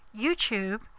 YouTube